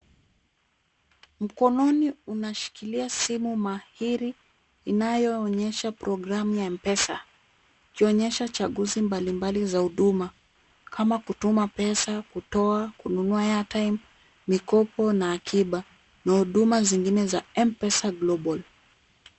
Mkononi unashikilia simu mahiri inayoonyesha programu ya mpesa. ikionyesha chaguzi mbalimbali za huduma kama kutuma pesa, kutoa, kununua airtime , mikopo na akiba na huduma zingine za mpesa global .